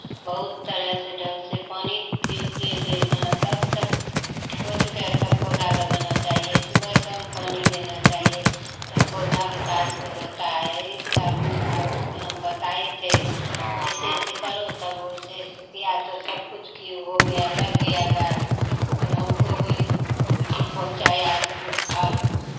बहुत तरह से ढंग से पानी तो फिर दे देना है तब सब खोद के तब पौधा लगाना चाहिये सुबह शाम पानी देना चाहिये तब पौधा विकास क होता है एक आदमी था उसके हम बताए थे ऐसे ऐसे करो तब वैसे वैसे किया तो सब कुछ कि हो गया लग गया गाछ और हमको भी पहुँचाया फल